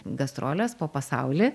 gastrolės po pasaulį